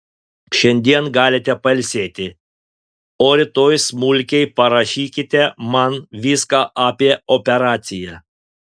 šiandien galite pailsėti o rytoj smulkiai parašykite man viską apie operaciją